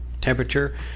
temperature